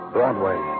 Broadway